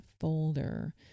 folder